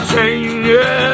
Change